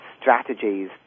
strategies